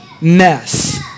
mess